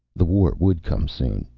the war would come soon.